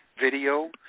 video